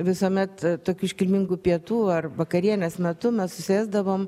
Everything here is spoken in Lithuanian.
visuomet tokių iškilmingų pietų ar vakarienės metu mes susėsdavom